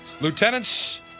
Lieutenants